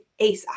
ASAP